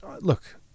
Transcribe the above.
look